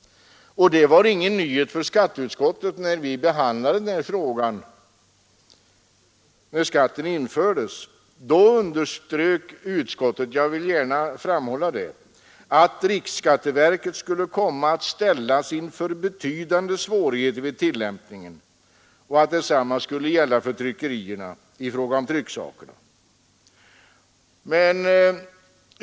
De var ingen nyhet för skatteutskottet när vi behandlade denna fråga. Då underströk utskottet — jag vill gärna framhålla detta — att riksskatteverket skulle komma att ställas inför betydande svårigheter vid tillämpningen av de då föreslagna bestämmelserna och att detsamma gällde tryckerierna i fråga om reklamtrycksakerna.